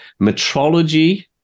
metrology